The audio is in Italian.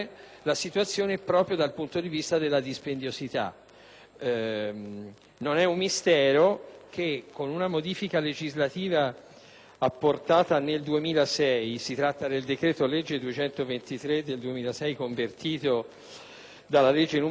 Non è un mistero che, con una modifica legislativa apportata nel 2006 (si tratta del decreto-legge n. 223 del 2006, convertito dalla legge n. 248 del 2006), si è stabilito